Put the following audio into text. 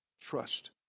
Trust